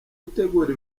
utegura